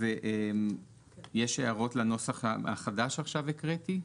יש הערות לנוסח החדש שהקראתי עכשיו?